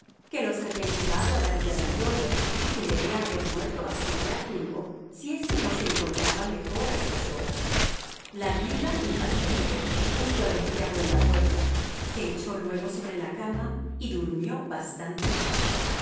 que los habían llevado a la villa dandolo y que debía haber muerto hacía ya tiempo si es que no se encontraba mejor a estas horas la viuda impaciente puso al empleado en la puerta se echó luego sobre la cama y durmió bastante mal